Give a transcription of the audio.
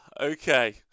okay